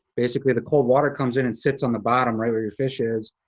basically, the cold water comes in and sits on the bottom, right where your fish is.